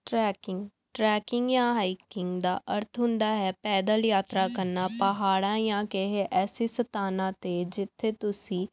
trekking trekking ਜਾਂ hiking ਦਾ ਅਰਥ ਹੁੰਦਾ ਹੈ ਪੈਦਲ ਯਾਤਰਾ ਕਰਨਾ ਪਹਾੜਾਂ ਜਾਂ ਕਿਸੇ ਐਸੇ ਸਥਾਨਾਂ 'ਤੇ ਜਿੱਥੇ ਤੁਸੀਂ